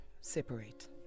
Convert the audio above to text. Separate